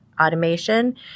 automation